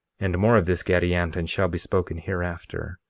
and more of this gadianton shall be spoken hereafter.